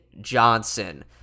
Johnson